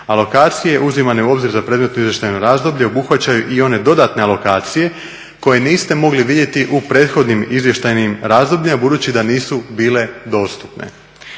alokacije uzimane u obzir za predmetno izvještajno razdoblje obuhvaćaju i one dodatne alokacije koje niste mogli vidjeti u prethodnim izvještajnim razdobljima budući da nisu bile dostupne.